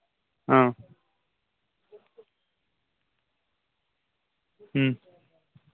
آ ہٕنٛہ